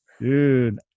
dude